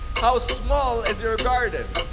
how small is your ah garden?